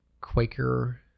Quaker